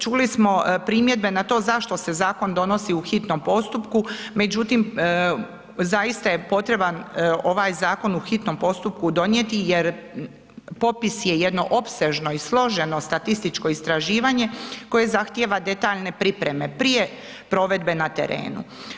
Čuli smo primjedbe na to zašto se zakon donosi u hitnom postupku, međutim zaista je potreban ovaj zakon u hitnom postupku donijeti jer popis je jedno opsežno i složeno statističko istraživanje koje zahtjeva detaljne pripreme prije provedbe na terenu.